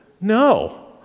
No